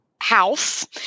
house